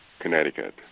Connecticut